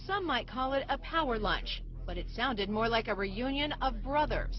some might call it a power latch but it sounded more like a reunion of brother